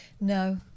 No